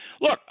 Look